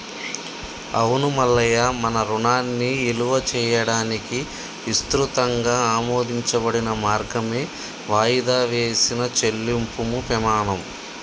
అవును మల్లయ్య మన రుణాన్ని ఇలువ చేయడానికి ఇసృతంగా ఆమోదించబడిన మార్గమే వాయిదా వేసిన చెల్లింపుము పెమాణం